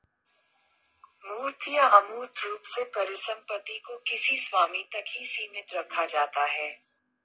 मूर्त या अमूर्त रूप से परिसम्पत्ति को किसी स्वामी तक ही सीमित रखा जाता है